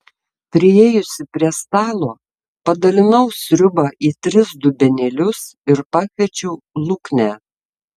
priėjusi prie stalo padalinau sriubą į tris dubenėlius ir pakviečiau luknę